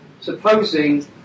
supposing